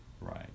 Right